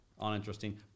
uninteresting